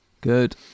Good